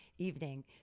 Evening